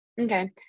Okay